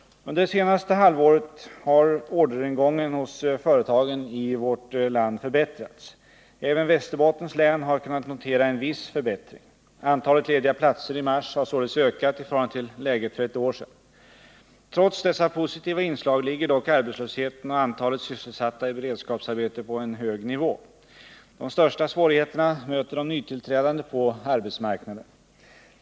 Under det senaste halvåret har orderingången hos företagen i vårt land förbättrats. Även Västerbottens län har kunnat notera en viss förbättring. Antalet lediga platser i mars har således ökat i förhållande till läget för ett år sedan. Trots dessa positiva inslag ligger dock arbetslösheten och antalet sysselsatta i beredskapsarbete på en hög nivå. De största svårigheterna möter de nytillträdande på arbetsmarknaden.